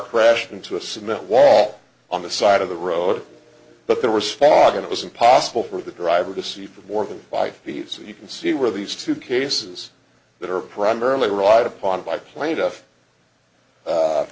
crashed into a cement wall on the side of the road but there was fog and it was impossible for the driver to see for more of them by feet so you can see where these two cases that are primarily relied upon by pl